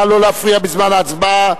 נא לא להפריע בזמן ההצבעה.